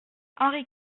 henri